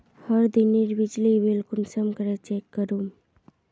हर दिनेर बिजली बिल कुंसम करे चेक करूम?